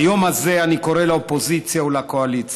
ביום הזה אני קורא לאופוזיציה ולקואליציה